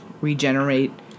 regenerate